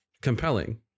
compelling